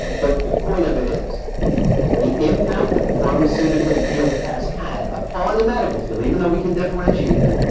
but the point of it is the impact that the pharmaceutical field has had upon the medical field, even though we can differentiate them,